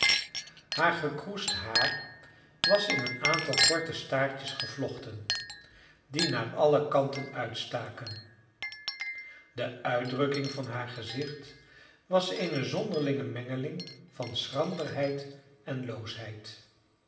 haar gekroesd haar was in een aantal korte staartjes gevlochten die naar alle kanten uitstaken de uitdrukking van haar gezicht was eene zonderlinge mengeling van schranderheid en loosheid